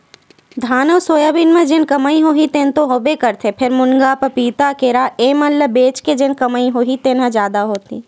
धान अउ सोयाबीन म जेन कमई होही तेन तो होबे करथे फेर, मुनगा, पपीता, केरा ए मन ल बेच के जेन कमई होही तेन ह जादा होही